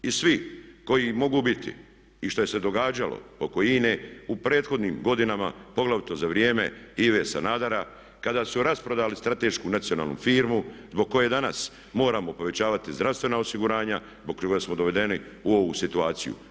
I svi koji mogu biti i što je se događalo oko INA-e u prethodnim godinama poglavito za vrijeme Ive Sanadera kada su rasprodali stratešku nacionalnu firmu zbog koje danas moramo povećavati zdravstvena osiguranja, zbog čega smo dovedeni u ovu situaciju.